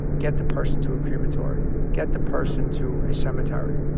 get the person to a crematory, get the person to a cemetery.